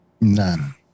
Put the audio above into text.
None